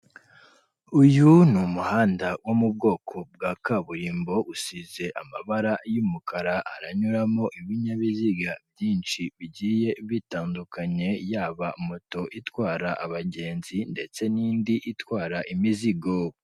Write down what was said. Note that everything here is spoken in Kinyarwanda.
Uyu ni umuhanda wo mu bwoko bwa kaburimbo usize amabara y'umukara, haranyuramo ibinyabiziga byinshi bigiye bitandukanye yaba moto itwara abagenzi ndetse n'indi itwara imizigo.